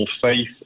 faith